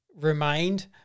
remained